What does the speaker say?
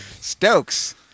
Stokes